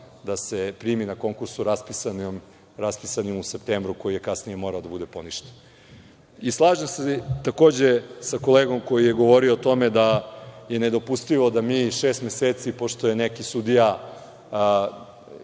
da se primi na konkursu raspisanom u septembru, koji je kasnije morao biti poništen. Slažem se takođe sa kolegom koji je govorio o tome da je nedopustivo da mi šest meseci pošto je neki sudija zatražio